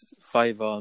five